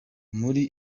muri